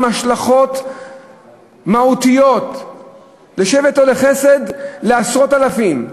עם השלכות מהותיות לשבט או לחסד לעשרות אלפים.